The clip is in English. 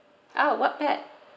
ah what pet